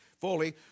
fully